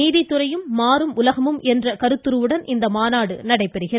நீதித்துறையும் மாறும் உலகமும் என்ற கருத்துருவுடன் இந்த மாநாடு நடைபெறுகிறது